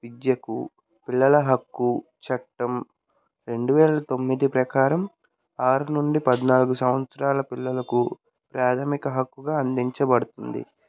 విద్యకు పిల్లల హక్కు చట్టం రెండు వేల తొమ్మిది ప్రకారం ఆరు నుండి పద్నాలుగు సంవత్సరాల పిల్లలకు ప్రాథమిక హక్కుగా అందించబడుతుంది